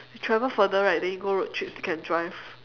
you travel further right then you go road trips you can drive